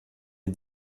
les